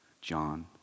John